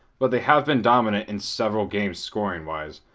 but they have been dominant in several games scoring wise,